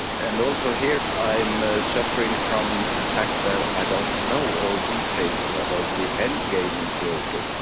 and also here i'm ah suffering from the fact that i don't know all details about the end game in kyoto,